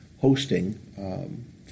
hosting